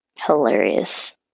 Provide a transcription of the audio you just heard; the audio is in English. Hilarious